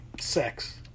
Sex